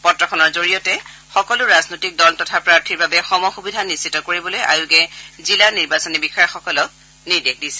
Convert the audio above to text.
পত্ৰখনৰ জৰিয়তে সকলো ৰাজনৈতিক দল তথা প্ৰাৰ্থীৰ বাবে সম সুবিধা নিশ্চিত কৰিবলৈ আয়োগে জিলা নিৰ্বাচনী বিষয়াসকলক নিৰ্দেশ দিয়া হৈছে